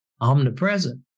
Omnipresent